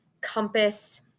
Compass